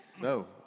No